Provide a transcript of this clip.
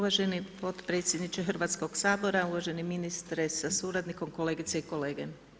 Uvaženi potpredsjedniče Hrvatskoga sabora, uvaženi ministre sa suradnikom, kolegice i kolege.